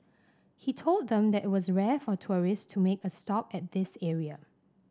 he told them that it was rare for tourist to make a stop at this area